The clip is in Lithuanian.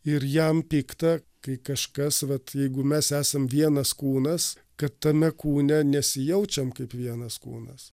ir jam pikta kai kažkas vat jeigu mes esam vienas kūnas kad tame kūne nesijaučiam kaip vienas kūnas